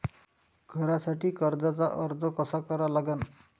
घरासाठी कर्जाचा अर्ज कसा करा लागन?